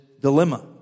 dilemma